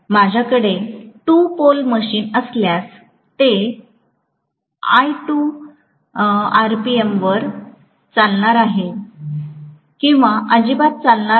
माझ्याकडे two pole machine असल्यास ते it००० आरपीएमवर चालणार आहे किंवा अजिबात चालणार नाही